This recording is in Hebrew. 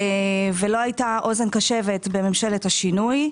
ולא הייתה אוזן קשבת בממשלת השינוי.